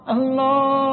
Allah